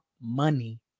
money